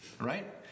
right